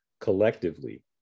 collectively